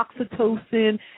oxytocin